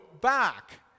back